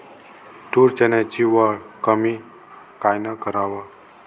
तूर, चन्याची वल कमी कायनं कराव?